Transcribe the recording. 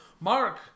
Mark